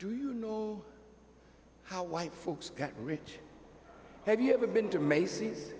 do you know how white folks get rich have you ever been to macy's